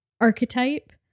archetype